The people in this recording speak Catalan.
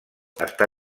està